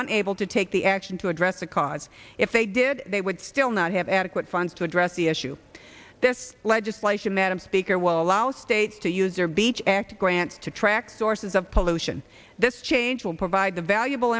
are able to take the action to address the cause if they did they would still not have adequate funds to address the issue this legislation madam speaker will allow states to use their beach act grant to track sources of pollution this change will provide the valuable